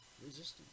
resistance